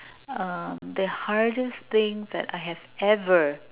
uh the hardest thing that I have ever